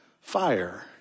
fire